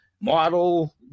model